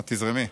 את תזרמי?